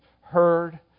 heard